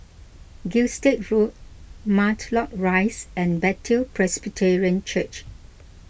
Gilstead Road Matlock Rise and Bethel Presbyterian Church